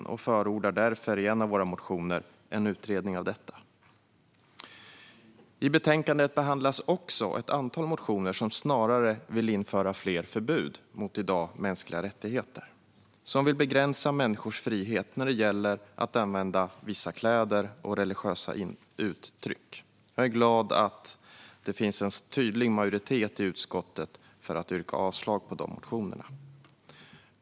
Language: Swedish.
Därför förordar vi i en av våra motioner en utredning av detta. I betänkandet behandlas också ett antal motioner enligt vilka man snarare vill införa fler förbud mot sådant som i dag är mänskliga rättigheter. Man vill begränsa människors frihet när det gäller att använda vissa kläder och religiösa uttryck. Jag är glad över att det finns en tydlig majoritet i utskottet som har avstyrkt dessa motioner.